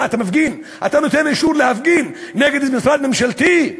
מה, אתה נותן אישור להפגין נגד משרד ממשלתי,